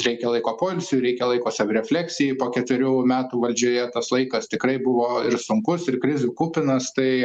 reikia laiko poilsiui reikia laiko savirefleksijai po ketverių metų valdžioje tas laikas tikrai buvo ir sunkus ir krizių kupinas tai